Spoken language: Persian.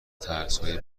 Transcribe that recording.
ترسهای